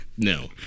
No